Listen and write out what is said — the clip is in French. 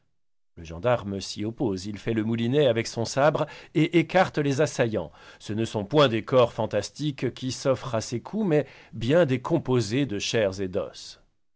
le gendarme s'y oppose il fait le moulinet avec son sabre et écarte les assaillans ce ne sont point des corps fantastiques qui s'offrent à ses coups mais bien des composés de chairs et d'os